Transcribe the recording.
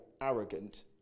arrogant